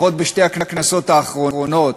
לפחות בשתי הכנסות האחרונות,